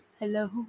Hello